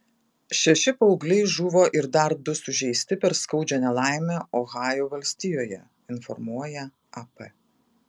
šeši paaugliai žuvo ir dar du sužeisti per skaudžią nelaimę ohajo valstijoje informuoja ap